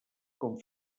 com